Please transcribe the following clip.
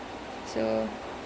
mm exactly